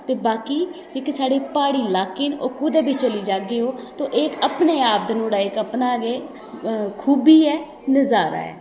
ते बाकी जेह्के साढ़े प्हाड़ी लाके न ओह् कुदै बी चली जाह्गे ओ ते एह् इक अपने आप गै नुहाड़ा जेह्का अपना गै खूबी ऐ नजारा ऐ